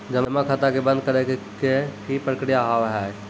जमा खाता के बंद करे के की प्रक्रिया हाव हाय?